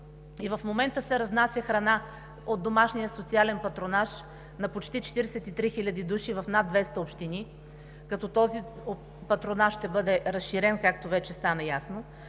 семейства и се разнася храна от Домашния социален патронаж на почти 43 хиляди души в над 200 общини, като този патронаж ще бъде разширен, както вече стана ясно.